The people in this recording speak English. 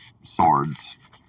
swords